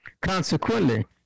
Consequently